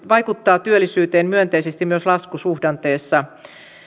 vaikuttaa työllisyyteen myönteisesti myös laskusuhdanteessa